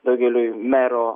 daugeliui mero